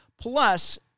plus